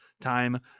time